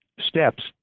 steps